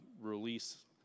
release